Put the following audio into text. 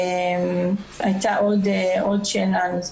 הייתה עוד שאלה,